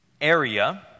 area